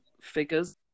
figures